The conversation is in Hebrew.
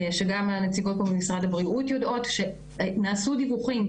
שגם הנציגות פה במשרד הבריאות יודעות שנעשו דיווחים,